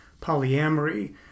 polyamory